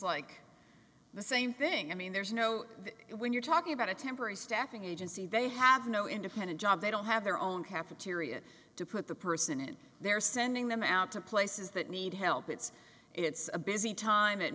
like the same thing i mean there's no it when you're talking about a temporary staffing agency they have no independent job they don't have their own cafeteria to put the person in they're sending them out to places that need help it's it's a busy time